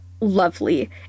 lovely